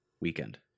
weekend